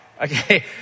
okay